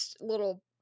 little